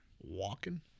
Walking